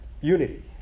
unity